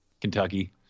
Kentucky